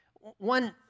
One